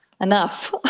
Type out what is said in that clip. enough